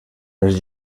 els